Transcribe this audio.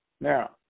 Now